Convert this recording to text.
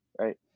right